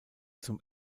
zum